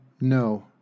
no